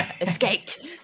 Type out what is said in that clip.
Escaped